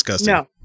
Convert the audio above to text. no